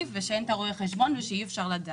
ושאין את רואי החשבון ושאי אפשר לדעת.